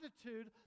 attitude